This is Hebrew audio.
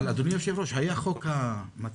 אדוני היושב ראש, היה חוק המצלמות.